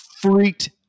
freaked